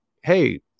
hey